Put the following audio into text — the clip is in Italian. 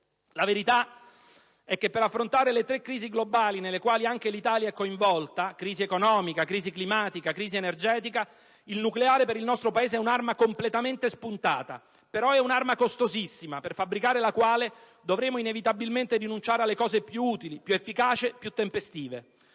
La verità è che per affrontare le tre crisi globali nelle quali anche l'Italia è coinvolta - crisi economica, climatica ed energetica - per il nostro Paese il nucleare è un'arma completamente spuntata, ma costosissima, per fabbricare la quale dovremo inevitabilmente rinunciare alle cose più utili, più efficaci, più tempestive.